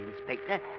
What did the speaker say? Inspector